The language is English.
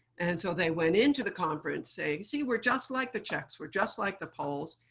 and so, they went into the conference saying, see? we're just like the czechs. were just like the poles.